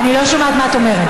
אני לא שומעת מה את אומרת.